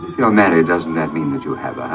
you're married doesn't that mean that you have